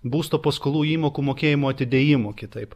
būsto paskolų įmokų mokėjimo atidėjimų kitaip